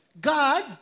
God